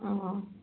অঁ